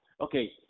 Okay